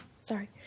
sorry